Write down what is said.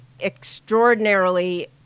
extraordinarily